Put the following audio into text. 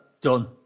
Done